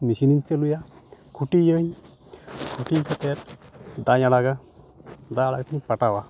ᱢᱮᱥᱤᱱᱤᱧ ᱪᱟᱹᱞᱩᱭᱟ ᱠᱷᱩᱴᱤᱭᱟᱹᱧ ᱠᱷᱩᱴᱤ ᱠᱟᱛᱮᱫ ᱫᱟᱜᱤᱧ ᱟᱲᱟᱜᱟ ᱫᱟᱜ ᱟᱲᱟᱜ ᱠᱟᱛᱮᱧ ᱯᱟᱴᱟᱣᱟ